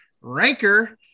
Ranker